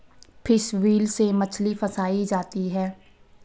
fish wheel से मछली फँसायी जाती है